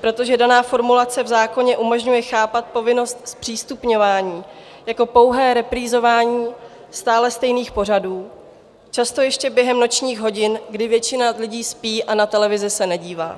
protože daná formulace v zákoně umožňuje chápat povinnost zpřístupňování jako pouhé reprízování stále stejných pořadů, často ještě během nočních hodin, kdy většina lidí spí a na televizi se nedívá.